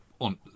on